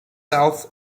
south